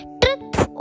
truth